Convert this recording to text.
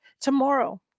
Tomorrow